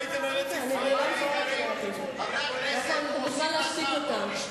אתה מוזמן להשתיק אותם.